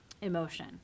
Emotion